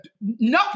no